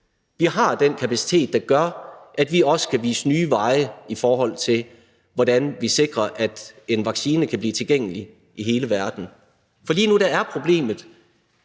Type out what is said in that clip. Vi har den kapacitet, der gør, at vi også kan vise nye veje i forhold til, hvordan vi sikrer, at en vaccine kan blive tilgængelig i hele verden. Lige nu er problemet,